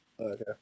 Okay